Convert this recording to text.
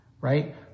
right